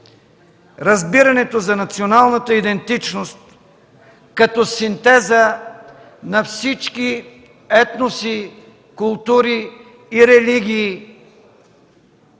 разбирането за националната идентичност като синтез на всички етноси, култури и религии,